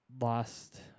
lost